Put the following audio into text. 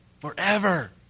Forever